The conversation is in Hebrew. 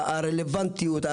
הרלבנטיות,